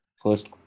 first